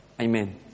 Amen